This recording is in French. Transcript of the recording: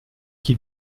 qui